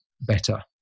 better